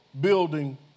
Building